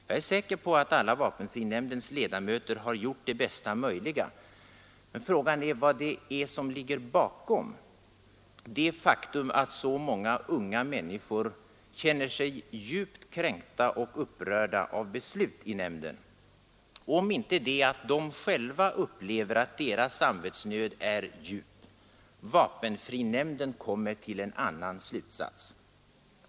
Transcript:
Jag är säker på att alla vapenfrinämndens ledamöter har gjort det bästa möjliga, men frågan är vad det är som ligger bakom det faktum att så många unga människor känner sig djupt kränkta och upprörda av beslut i nämnden, om det inte är det att de själva upplever att deras samvetsnöd är djup medan vapenfrinämnden kommer till en annan slutsats.